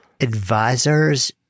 advisors